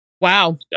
Wow